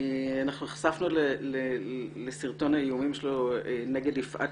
נחשפנו לסרטון האיומים שלו נגד יפעת